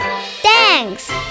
Thanks